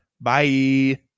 Bye